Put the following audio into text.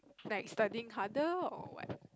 like studying harder or what